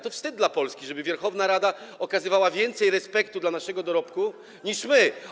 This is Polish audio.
To wstyd dla Polski, żeby Werchowna Rada okazywała więcej respektu dla naszego dorobku niż my.